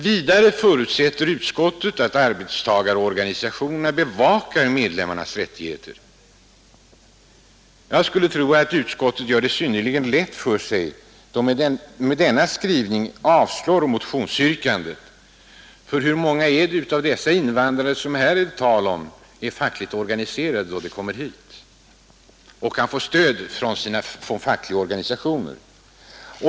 Vidare förutsätter utskottet att arbetstagarorganisationerna bevakar medlemmarnas rättigheter. Utskottet gör det sannerligen lätt för sig då man med denna skrivning avstyrker motionsyrkandet. Hur många av de organiserade då de kommer hit så att de kan invandrare är fackligt å stöd av sina fackliga organisationer?